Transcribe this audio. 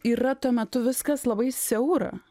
yra tuo metu viskas labai siaura